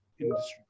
industry